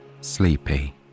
sleepy